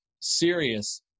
serious